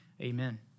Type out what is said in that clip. amen